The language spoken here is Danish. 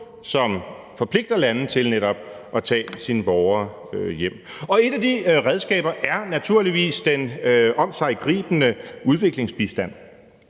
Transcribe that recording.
netop forpligter lande til at tage sine borgere hjem. Et af de redskaber er naturligvis den omsiggribende udviklingsbistand.